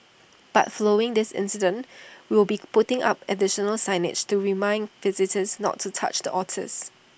but following this incident we will be putting up additional signage to remind visitors not to touch the otters